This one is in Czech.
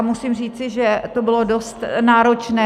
Musím říci, že to bylo dost náročné.